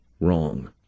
wrong